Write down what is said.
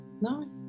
no